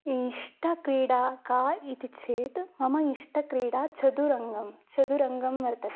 इष्टा क्रीडा का इति चेत् मम इष्टा क्रीडा चतुरङ्गं चतुरङ्गं वर्तते